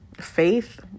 faith